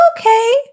okay